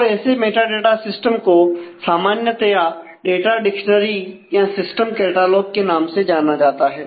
और ऐसे metadata system को सामान्यतया डाटा डिक्शनरी के नाम से जाना जाता है